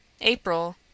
April